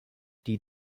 die